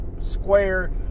square